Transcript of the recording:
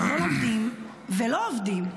הם לא עובדים ולא לומדים.